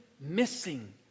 missing